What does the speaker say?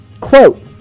Quote